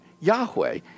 Yahweh